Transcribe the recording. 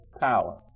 power